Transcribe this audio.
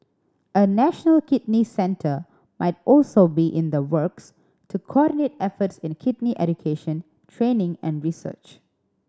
a national kidney centre might also be in the works to coordinate efforts in a kidney education training and research